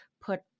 put